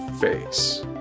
face